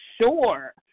sure